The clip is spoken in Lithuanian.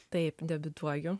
taip debiutuoju